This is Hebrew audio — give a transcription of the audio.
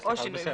בסדר.